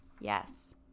yes